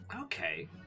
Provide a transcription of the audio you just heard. okay